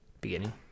beginning